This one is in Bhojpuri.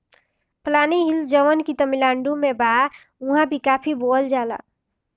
पलानी हिल्स जवन की तमिलनाडु में बा उहाँ भी काफी बोअल जाला